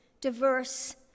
diverse